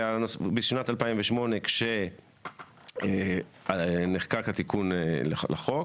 ובשנת 2008 כשנחקק התיקון לחוק,